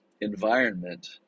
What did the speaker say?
environment